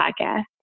podcast